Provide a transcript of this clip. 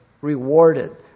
rewarded